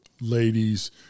ladies